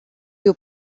you